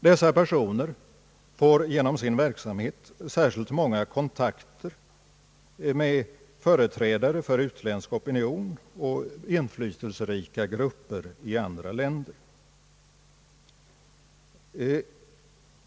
Dessa personer får genom sin verksamhet särskilt många kontakter med företrädare för utländsk opinion och inflytelserika grupper i andra länder.